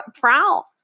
prowl